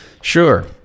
sure